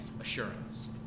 assurance